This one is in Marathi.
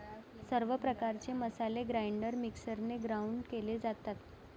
सर्व प्रकारचे मसाले ग्राइंडर मिक्सरने ग्राउंड केले जातात